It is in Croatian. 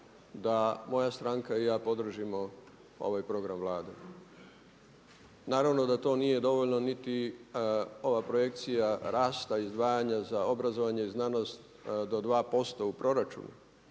da moja stranka i ja podržimo ovaj program Vlade. Naravno da to nije dovoljno niti ova projekcija rasta i izdvajanja za obrazovanje i znanosti do 2% u proračunu.